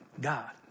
God